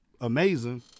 amazing